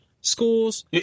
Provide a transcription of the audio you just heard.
schools